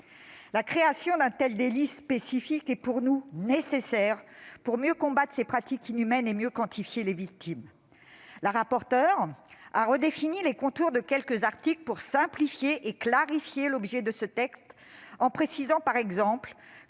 la création d'un tel délit spécifique est nécessaire pour mieux combattre ces pratiques inhumaines et mieux quantifier les victimes. Mme la rapporteure a redéfini les contours de quelques articles pour simplifier et clarifier l'objet du texte, en précisant, par exemple,